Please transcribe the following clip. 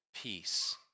peace